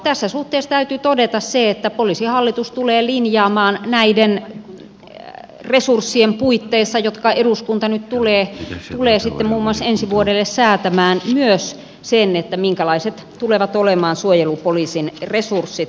tässä suhteessa täytyy todeta se että poliisihallitus tulee linjaamaan näiden resurssien puitteissa jotka eduskunta nyt tulee muun muassa ensi vuodelle säätämään myös sen minkälaiset tulevat olemaan suojelupoliisin resurssit